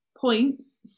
points